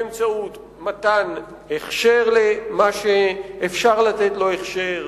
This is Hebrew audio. באמצעות מתן הכשר למה שאפשר לתת לו הכשר,